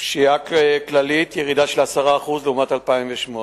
פשיעה כללית, ירידה של 10% לעומת 2008,